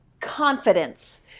Confidence